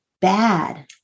bad